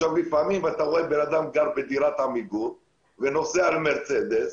לפעמים רואים אדם שגר בדירת עמיגור ונוסע על מרצדס